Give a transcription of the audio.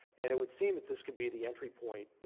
and it would seem that this could be the entry point, you